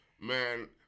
Man